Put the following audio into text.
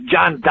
John